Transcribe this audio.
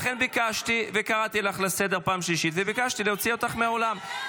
לכן ביקשתי וקראתי אותך לסדר פעם שלישית וביקשתי להוציא אותך מהאולם.